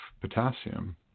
potassium